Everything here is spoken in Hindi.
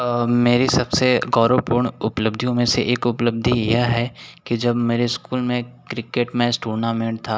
मेरी सबसे गौरवपूर्ण उपलब्धियों में से एक उपलब्धि यह है कि जब मेरे स्कूल में क्रिकेट मैच टूर्नामेंट था